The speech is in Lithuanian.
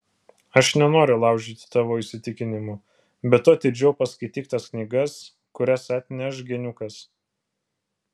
aš nenoriu laužyti tavo įsitikinimų bet tu atidžiau paskaityk tas knygas kurias atneš geniukas